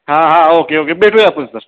हां हां okay okay भेटूया आपण सर